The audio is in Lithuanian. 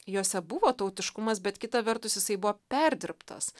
jose buvo tautiškumas bet kita vertus jisai buvo perdirbtas